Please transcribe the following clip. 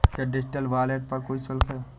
क्या digital wallet पर कोई शुल्क है?